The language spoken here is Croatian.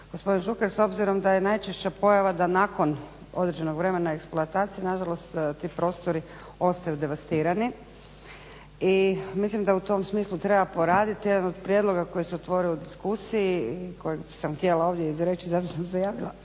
gospodin Šuker. S obzirom da je najčešća pojava da nakon određenog vremena eksploatacije, nažalost ti prostori ostaju devastirani. I mislim da u tom smislu treba poraditi. Jedan od prijedloga koji se otvorio u diskusiji i kojeg sam htjela ovdje izreći, zato sam se javila